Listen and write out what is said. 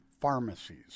Pharmacies